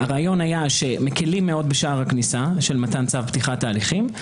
הרעיון היה שמקלים מאוד בשער הכניסה של מתן צו פתיחת ההליכים,